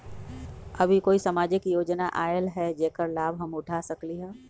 अभी कोई सामाजिक योजना आयल है जेकर लाभ हम उठा सकली ह?